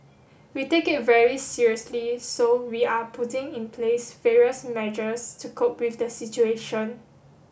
we take it very seriously so we are putting in place various measures to cope with the situation